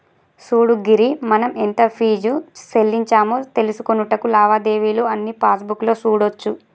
సూడు గిరి మనం ఎంత ఫీజు సెల్లించామో తెలుసుకొనుటకు లావాదేవీలు అన్నీ పాస్బుక్ లో సూడోచ్చు